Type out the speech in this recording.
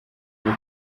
bwo